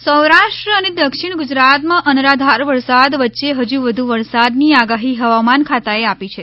પુર પ્રકોપ સૌરાષ્ટ્ર અને દક્ષિણ ગુજરાત માં અનરાધાર વરસાદ વચ્યે હજુ વધુ વરસાદ ની આગાહી હવામાન ખાતા એ આપી છે